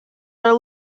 are